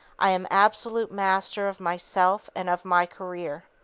i am absolute master of myself and of my career!